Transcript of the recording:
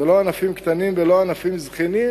זה לא ענפים קטנים ולא ענפים זניחים,